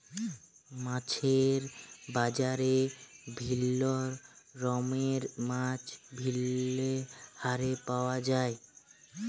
মাছের বাজারে বিভিল্য রকমের মাছ বিভিল্য হারে পাওয়া যায়